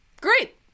great